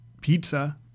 Pizza